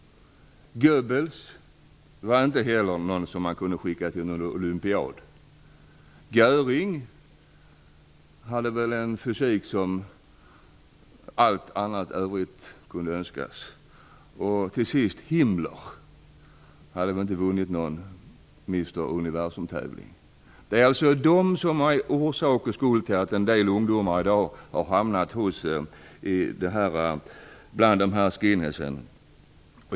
Goebbels var inte heller någon som man kunde skicka till en olympiad. Göring hade en fysik som lämnade allt annat övrigt att önska. Himmler, till sist, hade nog inte vunnit någon Mr Universum-tävling. Det är de som är orsak och skuld till att en del ungdomar i dag har hamnat bland skinheads.